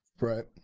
Right